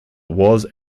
was